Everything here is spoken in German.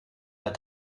der